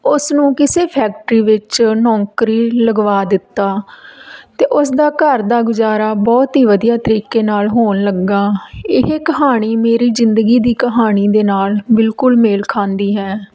ਉਸ ਨੂੰ ਕਿਸੇ ਫੈਕਟਰੀ ਵਿੱਚ ਨੌਕਰੀ ਲਗਵਾ ਦਿੱਤਾ ਅਤੇ ਉਸਦਾ ਘਰ ਦਾ ਗੁਜ਼ਾਰਾ ਬਹੁਤ ਹੀ ਵਧੀਆ ਤਰੀਕੇ ਨਾਲ ਹੋਣ ਲੱਗਾ ਇਹ ਕਹਾਣੀ ਮੇਰੀ ਜ਼ਿੰਦਗੀ ਦੀ ਕਹਾਣੀ ਦੇ ਨਾਲ ਬਿਲਕੁਲ ਮੇਲ ਖਾਂਦੀ ਹੈ